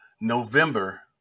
November